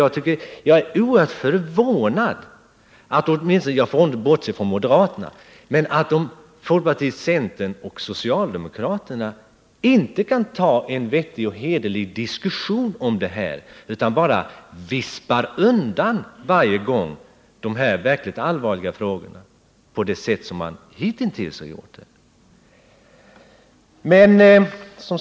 Jag bortser från moderaterna, men jag är oerhört förvånad över att folkpartiet, centern och socialdemokraterna inte kan ta en vettig och hederlig diskussion om detta utan varje gång bara vispar undan de här verkligt allvarliga frågorna på det sätt som de hittills har gjort.